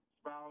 spouse